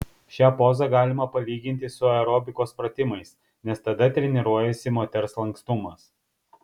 šią pozą galima palyginti su aerobikos pratimais nes tada treniruojasi moters lankstumas